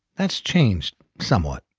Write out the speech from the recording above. that's changed, somewhat.